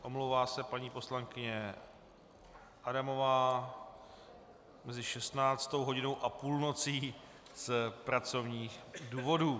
Omlouvá se paní poslankyně Adamová mezi 16. hodinou a půlnocí z pracovních důvodů.